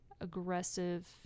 aggressive